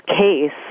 case